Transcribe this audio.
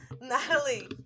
Natalie